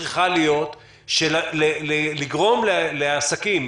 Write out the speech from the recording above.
לגרום לעסקים,